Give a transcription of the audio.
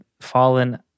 Fallen